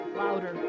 louder